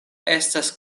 estas